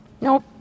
Nope